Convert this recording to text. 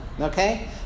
okay